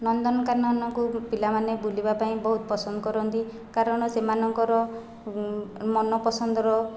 ନନ୍ଦନକାନନକୁ ପିଲାମାନେ ବୁଲିବା ପାଇଁ ବହୁତ ପସନ୍ଦ କରନ୍ତି କାରଣ ସେମାନଙ୍କର ମନ ପସନ୍ଦର